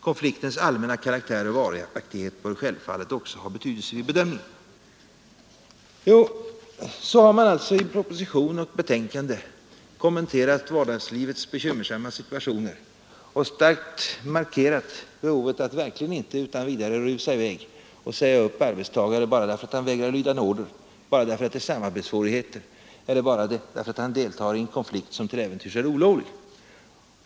Konfliktens allmänna karaktär och varaktighet bör självfallet också ha betydelse vid bedömningen.” På det sättet har man alltså i propositionen och i utskottets betänkande kommenterat vardagslivets bekymmersamma situationer och starkt markerat behovet att verkligen inte utan vidare rusa iväg och säga upp arbetstagare bara därför att han vägrar lyda en order eller för att det finns vissa samarbetssvårigheter eller för att han deltar i en konflikt som till äventyrs är olovlig.